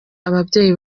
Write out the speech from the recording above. ababyeyi